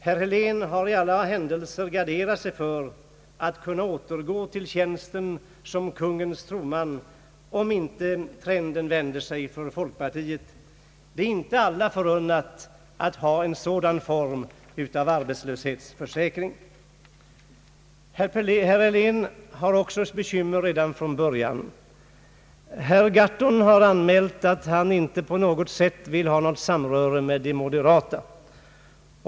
Herr Helén har i alla händelser garderat sig för att kunna återgå till tjänsten som kungens förtroendeman, om inte trenden vänder för folkpartiet. Det är inte alla förunnat att ha en sådan form av arbetslöshetsförsäkring! Herr Helén har också bekymmer redan från början. Herr Gahrton har anmält att han inte på något sätt vill ha ett samarbete med de moderata.